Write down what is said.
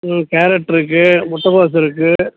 ம் கேரட்டிருக்கு முட்டைக்கோஸ் இருக்குது